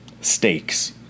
stakes